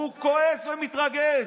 הוא כועס ומתרגז.